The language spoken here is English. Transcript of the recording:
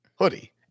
hoodie